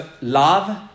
love